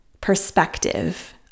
perspective